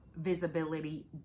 visibility